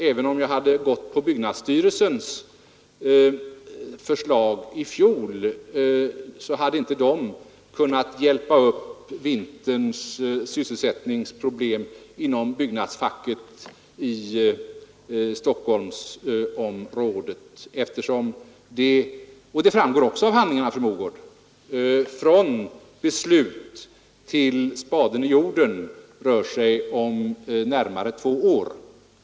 Även om jag i fjol gått på byggnadsstyrelsens förslag hade det inte hjälpt upp vinterns sysselsättning inom byggnadsfacket i Stockholmsområdet. Det framgår också av handlingarna, fru Mogård. Från beslut och till ”spaden i jorden” rör det sig om närmare två år.